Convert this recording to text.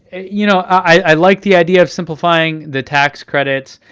you know, i like the idea of simplifying the tax credits,